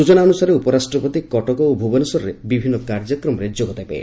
ସୂଚନା ଅନୁସାରେ ଉପରାଷ୍ଟ୍ରପତି କଟକ ଓ ଭୁବନେଶ୍ୱରରେ ବିଭିନ୍ନ କାର୍ଯ୍ୟକ୍ରମରେ ଯୋଗ ଦେବେ